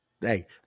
Hey